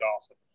awesome